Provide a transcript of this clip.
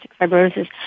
fibrosis